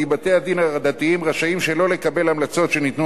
כי בתי-הדין הדתיים רשאים שלא לקבל המלצות שניתנו